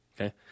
Okay